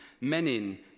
Menin